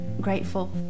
grateful